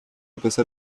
pesar